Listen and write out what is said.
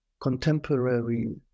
contemporary